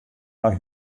nei